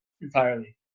entirely